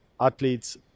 athletes